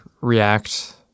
React